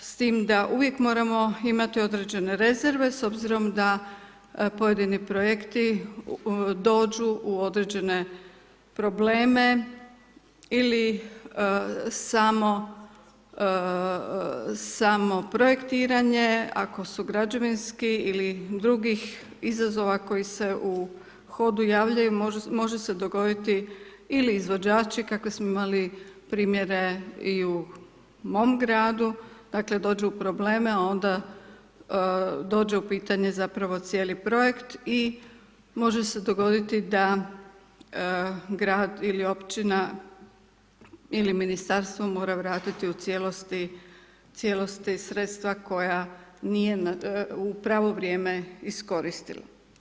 S tim da uvijek moramo imati određene rezerve s obzirom da pojedini projekti dođu u određene probleme ili samo projektiranje ako su građevinski ili drugih izazova koji se u hodu javljaju može se dogoditi ili izvođači kako smo imali primjere i u mom gradu, dakle dođu u probleme a onda dođe u pitanje zapravo cijeli projekt i može se dogoditi da grad ili općina ili ministarstvo mora vratiti u cijelosti sredstva koja nije u pravo vrijeme iskoristila.